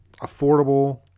affordable